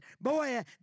boy